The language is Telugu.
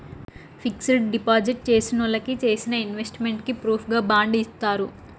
ఫిక్సడ్ డిపాజిట్ చేసినోళ్ళకి చేసిన ఇన్వెస్ట్ మెంట్ కి ప్రూఫుగా బాండ్ ఇత్తారు